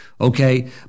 Okay